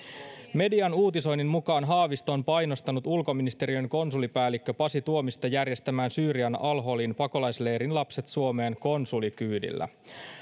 median uutisoinnin mukaan haavisto on painostanut ulkoministeriön konsulipäällikkö pasi tuomista järjestämään syyrian al holin pakolaisleirin lapset suomeen konsulikyydillä